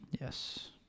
Yes